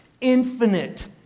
infinite